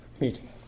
meeting